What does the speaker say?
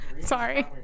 Sorry